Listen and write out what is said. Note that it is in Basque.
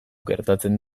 gertatzen